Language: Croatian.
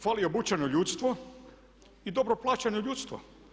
Fali obučeno ljudstvo i dobro plaćeno ljudstvo.